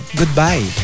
goodbye